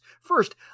First